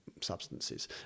substances